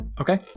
okay